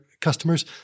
customers